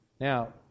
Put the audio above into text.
Now